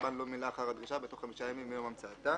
והסרבן לא מילא אחר הדרישה בתוך חמישה ימים מיום המצאתה".